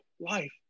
life